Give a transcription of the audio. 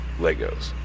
Legos